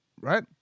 Right